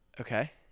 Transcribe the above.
Okay